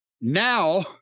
Now